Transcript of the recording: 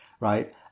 right